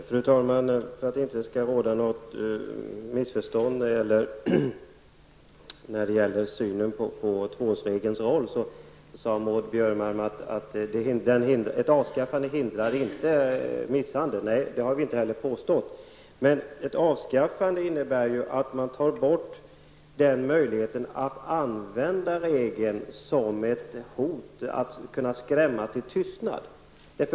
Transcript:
Fru talman! Maud Björnemalm sade att ett avskaffande av tvåårsregeln inte hindrar misshandel. För att inte vålla missförstånd när det gäller vår syn på den regeln vill jag säga att det har vi inte heller påstått. Men ett avskaffande innebär ju att man tar bort möjligheten att använda regeln som ett hot, att kunna skrämma till tystnad.